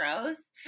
gross